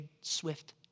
swift